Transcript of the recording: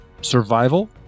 Survival